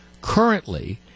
currently